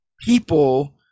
people